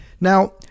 Now